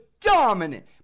dominant